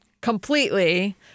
completely